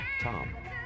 Tom